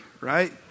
right